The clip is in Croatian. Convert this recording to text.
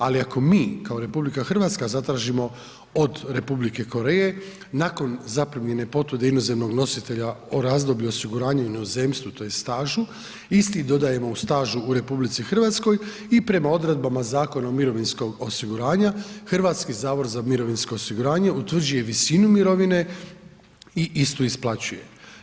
Ali ako mi kao RH zatražimo od Republike Koreje nakon zaprimljene potvrde inozemnog nositelja o razdoblju osiguranja u inozemstvu tj. stažu, isti dodajemo o stažu u RH i prema odredbama Zakona o mirovinskom osiguranju HZMO utvrđuje visinu mirovine i istu isplaćuje.